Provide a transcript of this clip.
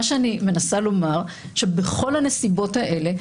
מה שאני מנסה לומר הוא שבכל הנסיבות האלה,